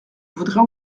voudrais